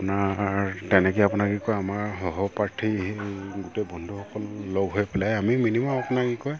আপোনাৰ তেনেকৈ আপোনাৰ কি কয় আমাৰ সহপাঠী গোটেই বন্ধুসকল লগ হৈ পেলাই আমি মিনিমাম আপোনাৰ কি কয়